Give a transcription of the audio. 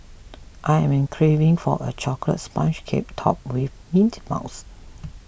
I am craving for a Chocolate Sponge Cake Topped with Mint Mousse